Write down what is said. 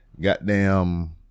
Goddamn